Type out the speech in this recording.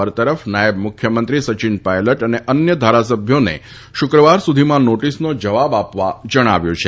બરતરફ નાયબ મુખ્યમંત્રી સચિન પાયલોટ અને અન્ય ધારાસભ્યોને શુક્રવાર સુધીમાં નોટિસનો જવાબ આપવા જણાવ્યું છે